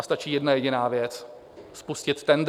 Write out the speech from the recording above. Stačí jedna jediná věc, spustit tendr.